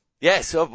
Yes